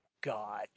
god